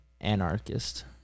anarchist